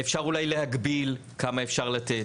אפשר אולי להגביל כמה אפשר לתת,